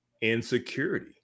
insecurity